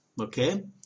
Okay